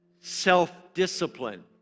self-discipline